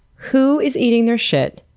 who is eating their shit?